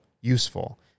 useful